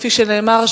כפי שנאמר,